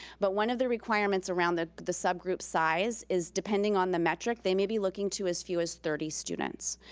but one of the requirements around the the subgroup size is, depending on the metric, they may be looking to as few as thirty students.